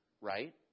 right